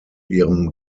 ihrem